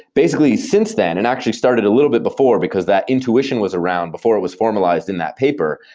basically since then, and actually started a little bit before, because that intuition was around before it was formalized in that paper,